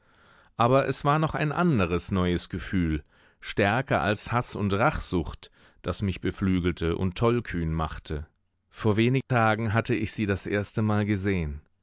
aber es war noch ein anderes neues gefühl stärker als haß und rachsucht das mich beflügelte und tollkühn machte vor wenig tagen hatte ich sie das erstemal gesehen